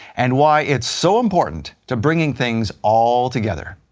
and why it's so important to bringing things all together.